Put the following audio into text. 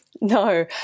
No